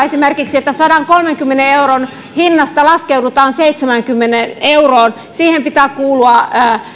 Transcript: esimerkiksi puhutaan että sadankolmenkymmenen euron hinnasta laskeudutaan seitsemäänkymmeneen euroon siihen pitää kuulua